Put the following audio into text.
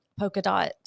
Polkadot